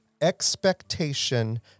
expectation